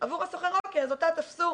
עבור הסוחר, אוקיי, אז אותה תפסו